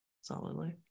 solidly